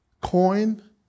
coin